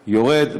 יורד,